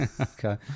okay